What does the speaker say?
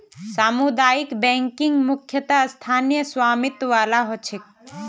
सामुदायिक बैंकिंग मुख्यतः स्थानीय स्वामित्य वाला ह छेक